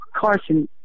Carson